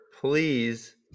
please